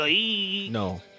No